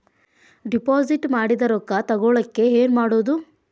Deposit ಮಾಡಿದ ರೊಕ್ಕ ತಗೋಳಕ್ಕೆ ಏನು ಮಾಡೋದು?